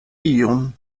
ion